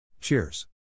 Cheers